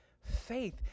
faith